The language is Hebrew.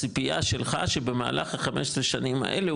הצפייה שלך שבמהלך ה-15 שנים האלו,